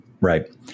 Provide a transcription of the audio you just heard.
Right